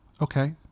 Okay